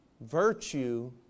virtue